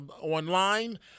online